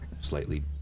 slightly